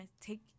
take